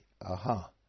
aha